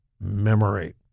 memory